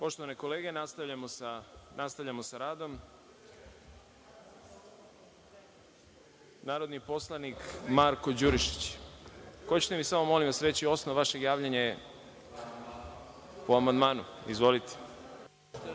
Poštovane kolege, nastavljamo sa radom. Reč ima narodni poslanik Marko Đurišić. Hoćete li mi samo, molim vas, reći osnov vašeg javljanja? Po amandmanu? Izvolite.